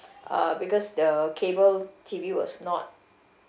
uh because the cable T_V was not